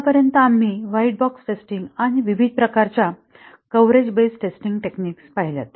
आतापर्यंत आम्ही white box testing आणि विविध प्रकारच्या कव्हरेज बेस्ड टेस्टिंग टेक्नीक पहिल्यात